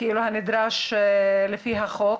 הנדרש לפי החוק.